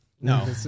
No